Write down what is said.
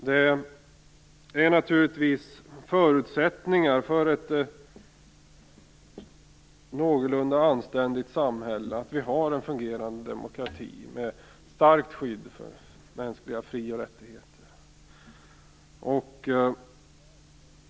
Det är naturligtvis förutsättningen för ett någorlunda anständigt samhälle att vi har en fungerande demokrati med ett starkt skydd för mänskliga fri och rättigheter.